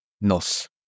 Nos